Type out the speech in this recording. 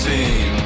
Team